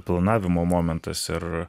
planavimo momentas ir